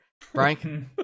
Frank